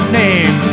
name